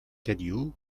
cadio